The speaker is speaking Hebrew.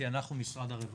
כי אנחנו משרד הרווחה.